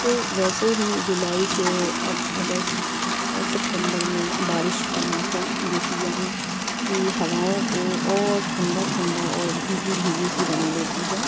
پھر ویسے ہی جولائی سے اگست اور سپتمبر میں بارش کا موسم جو کہ یہاں کی ہواؤں کو اور ٹھنڈا ٹھنڈا اور بھیگی بھیگی سی بنا دیتی ہے